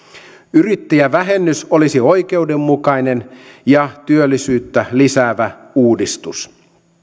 yrittäjävähennys olisi oikeudenmukainen ja työllisyyttä lisäävä uudistus